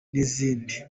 n’izindi